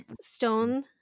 Stone